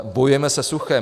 Bojujeme se suchem.